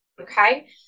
okay